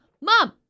mom